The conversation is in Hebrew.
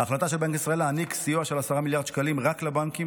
ההחלטה של בנק ישראל להעניק סיוע של 10 מיליארד שקלים רק לבנקים,